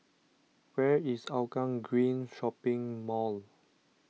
where is Hougang Green Shopping Mall